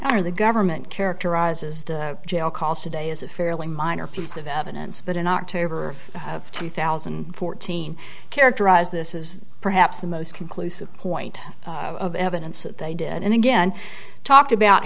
ira the government characterizes the jail calls today as a fairly minor piece of evidence but in october of two thousand and fourteen characterize this is perhaps the most conclusive point of evidence that they did and again talked about